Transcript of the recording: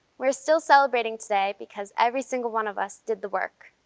we're still celebrating today because every single one of us did the work.